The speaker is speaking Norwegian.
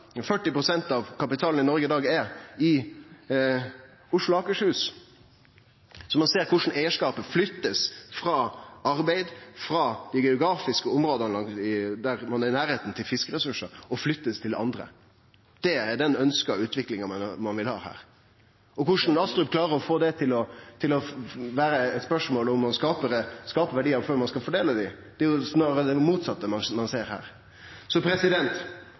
pst. av kapitalen i Noreg i dag er i Oslo og Akershus. Så ein ser korleis eigarskapet blir flytta frå arbeidet, frå dei geografiske områda der ein er i nærleiken av fiskeressursar, og til andre. Det er den ønskte utviklinga ein vil ha her. Korleis klarer representanten Astrup å få det til å vere eit spørsmål om å skape verdiar før ein fordeler dei? Det er jo snarare det motsette ein ser her.